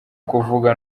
kuvuga